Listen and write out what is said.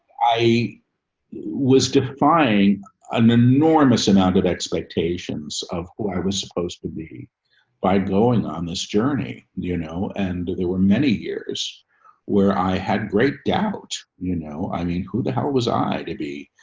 i was defying an enormous amount of expectations of who i was supposed to be by going on this journey, you know? and there were many years where i had great doubt, you know, i mean, who the hell was i to be,